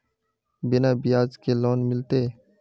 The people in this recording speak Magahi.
बिना ब्याज के लोन मिलते?